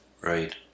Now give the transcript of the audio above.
Right